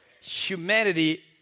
humanity